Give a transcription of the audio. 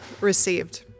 received